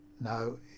no